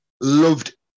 loved